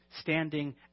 standing